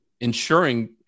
ensuring